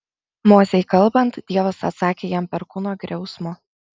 mozei kalbant dievas atsakė jam perkūno griausmu